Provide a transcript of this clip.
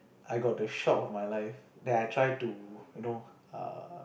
I got the shock of my life that I try to you know err